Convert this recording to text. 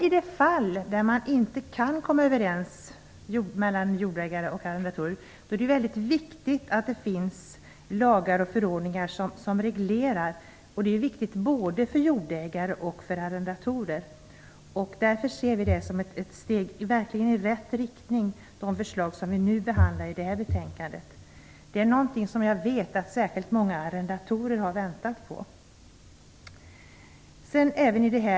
I de fall där man inte kan komma överens är det viktigt att det finns lagar och förordningar som reglerar förhållandena. Det är viktigt för både jordägare och arrendatorer. Därför ser vi det som ett steg i rätt riktning med de förslag vi behandlar i detta betänkande. Jag vet att många arrendatorer har väntat på detta.